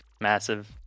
Massive